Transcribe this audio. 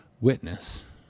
witness